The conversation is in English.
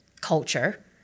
culture